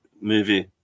movie